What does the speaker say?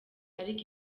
ariko